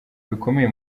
bikomeye